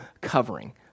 covering